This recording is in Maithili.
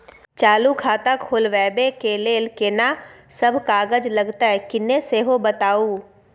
चालू खाता खोलवैबे के लेल केना सब कागज लगतै किन्ने सेहो बताऊ?